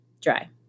dry